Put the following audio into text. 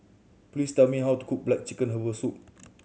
please tell me how to cook black chicken herbal soup